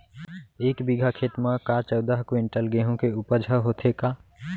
एक बीघा खेत म का चौदह क्विंटल गेहूँ के उपज ह होथे का?